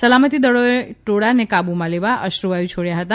સલામતી દળોએ ટોળાને કાબુમાં લેવા શ્રુવાયુ છોડયો હતો